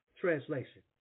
translation